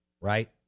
right